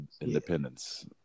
independence